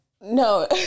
No